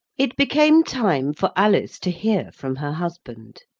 it became time for alice to hear from her husband.